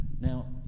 now